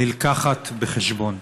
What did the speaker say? מובאת בחשבון?